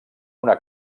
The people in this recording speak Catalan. una